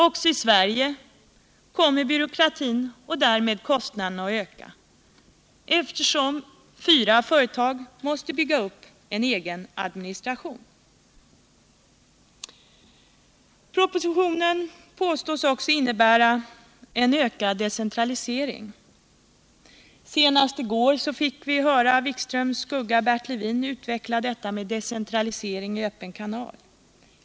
Också i Sverige kommer byråkratin — och därmed kostnaderna — att öka, eftersom fyra företag måste bygga upp en egen administration. Propositionen påstås innebära en ökad decentralisering. Senast i går fick vi höra Jan-Erik Wikströms skugga Bert Levin utveckla detta med decentralisering i Öppen kanal.